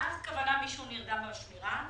למה הכוונה מישהו נרדם בשמירה?